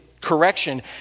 correction